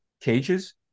cages